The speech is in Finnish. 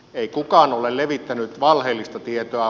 ei kukaan ole levittänyt valheellista tietoa